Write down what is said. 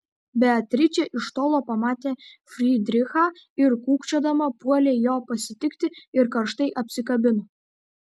beatričė iš tolo pamatė frydrichą ir kūkčiodama puolė jo pasitikti ir karštai apsikabino